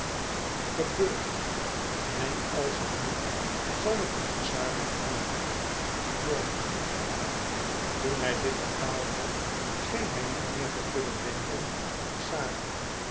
gebeurt en als het moet zal ik naar xara gaan morgen toen hij dit bepaald had scheen hij niet meer te kunnen denken aan xara